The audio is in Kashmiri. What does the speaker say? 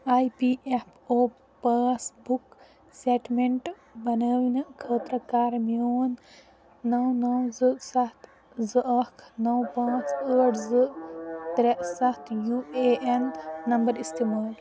E P F O passbook statement بناونہٕ خٲطرٕ کر میون نو نو زٕ ستھ زٕ اکھ نو پانٛژھ ٲٹھ زٕ ترٛےٚ ستھ یو اے اٮ۪ن نمبر استعمال